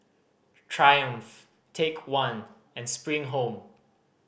Triumph Take One and Spring Home